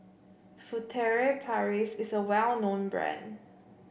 Furtere Paris is a well known brand